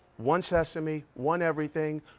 one sesame, one everything,